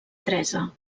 teresa